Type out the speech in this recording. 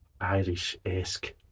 irish-esque